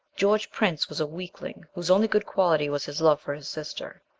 george prince was a weakling whose only good quality was his love for his sister.